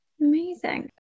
Amazing